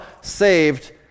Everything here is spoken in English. saved